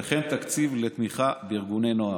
תסתכל לי בעיניים,